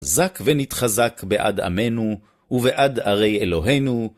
חזק ונתחזק בעד עמנו, ובעד ערי אלוהינו,